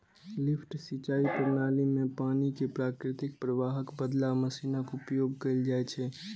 lift सिंचाइ प्रणाली मे पानि कें प्राकृतिक प्रवाहक बदला मशीनक उपयोग कैल जाइ छै